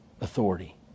authority